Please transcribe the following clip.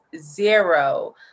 Zero